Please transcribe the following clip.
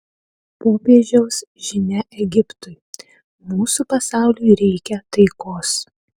popiežiaus žinia egiptui mūsų pasauliui reikia taikos